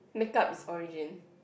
makeup is origin